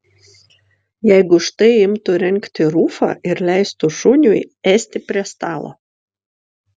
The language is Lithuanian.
jeigu štai imtų rengti rufą ir leistų šuniui ėsti prie stalo